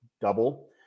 double